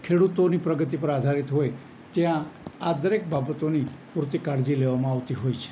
ખેડૂતોની પ્રગતિ પર આધારિત હોય ત્યાં આ દરેક બાબતોની પૂરતી કાળજી લેવામાં આવતી હોય છે